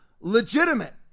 legitimate